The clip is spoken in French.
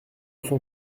son